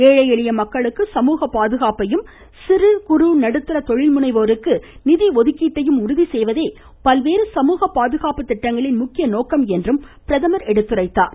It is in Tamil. ஏழை எளிய மக்களுக்கு சமூகப் பாதுகாப்பையும் சிறு குறு மற்றும் நடுத்தர தொழில் முனைவோருக்கு நிதி ஒதுக்கீட்டையும் உறுதி செய்வதே பல்வேறு சமூக பாதுகாப்பு திட்டங்களின் முக்கிய நோக்கம் என்றும் பிரதமர் எடுத்துரைத்தார்